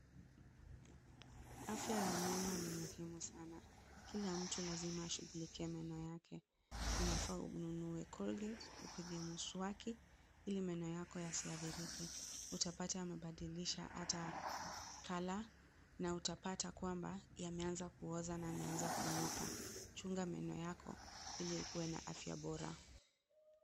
Afya ya meno ni muhimu sana, kila mtu lazima ashugulikie meno yake, unafaa ununue (cs)colgate(cs), upige muswaki, ili meno yako yasiadirike, utapata, amebadilisha hata, (cs)clour(cs), na utapata kwamba yameanza kuoza na yameanza kunuka, chunga meno yako, ili ukue na afya bora.